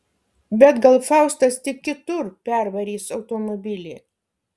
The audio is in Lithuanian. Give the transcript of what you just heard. bet gal faustas tik kitur pervarys automobilį